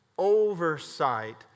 Oversight